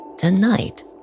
Tonight